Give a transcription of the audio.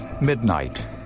midnight